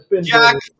Jack